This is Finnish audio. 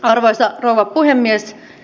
arvoisa rouva puhemies